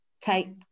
take